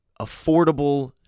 affordable